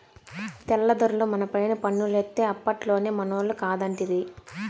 తెల్ల దొరలు మనపైన పన్నులేత్తే అప్పట్లోనే మనోళ్లు కాదంటిరి